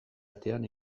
atean